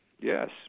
Yes